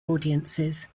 audiences